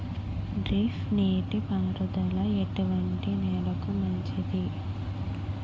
Drip నీటి పారుదల ఎటువంటి నెలలకు మంచిది?